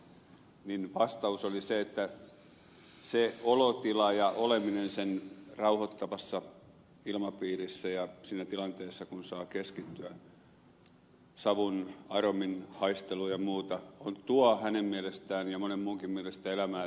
vastaus oli se että se olotila ja oleminen rauhoittavassa ilmapiirissä ja siinä tilanteessa kun saa keskittyä savun aromin haisteluun ja muuhun tuo hänen mielestään ja monen muunkin mielestä elämään lisävuosia